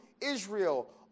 Israel